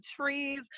trees